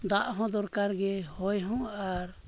ᱫᱟᱜ ᱦᱚᱸ ᱫᱚᱨᱠᱟᱨ ᱜᱮ ᱦᱚᱭ ᱦᱚᱸ ᱟᱨ